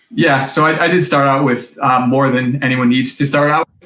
yeah, so i did start out with more than anyone needs to start out.